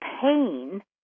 pain